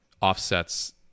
offsets